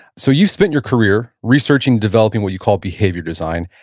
so you've spent your career researching developing what you call behavior design.